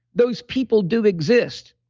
those people do exist,